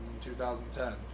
2010